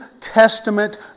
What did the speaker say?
Testament